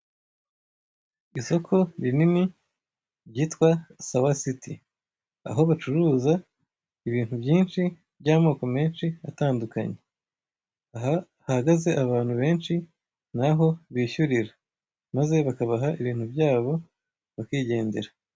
Isoko rinini ryitwa Sawa City. aho bacuruza ibintu byinshi by'amoko atandukanye. Aha hahagaze abantu benshi ni aho bishyurira maze bakabaha ibintu byabo bakigendera.